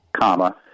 comma